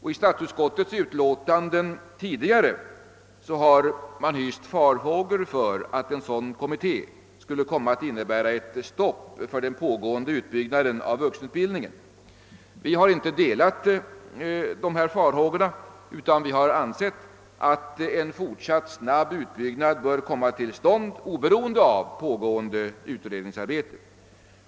I statsutskottets tidigare utlåtanden har man hyst farhågor för att en sådan kommitté skulle komma att medföra ett stopp för den pågående utbyggnaden av vuxenutbildningen. Vi har inte delat dessa farhågor utan har ansett att en fortsatt snabb utbyggnad bör komma till stånd oberoende av pågående utredningsarbete.